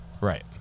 Right